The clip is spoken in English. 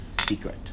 secret